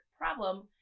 problem